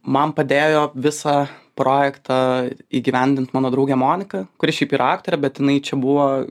man padėjo visą projektą įgyvendint mano draugė monika kuri šiaip yra aktorė bet jinai čia buvo